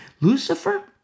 Lucifer